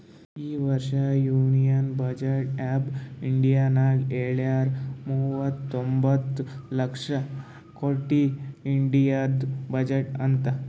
ಈ ವರ್ಷ union budget of ಇಂಡಿಯಾನಾಗ್ ಹೆಳ್ಯಾರ್ ಮೂವತೊಂಬತ್ತ ಲಕ್ಷ ಕೊಟ್ಟಿ ಇಂಡಿಯಾದು ಬಜೆಟ್ ಅಂತ್